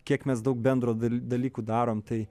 kiek mes daug bendro dalykų darom tai